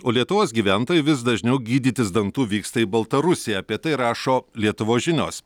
o lietuvos gyventojai vis dažniau gydytis dantų vyksta į baltarusiją apie tai rašo lietuvos žinios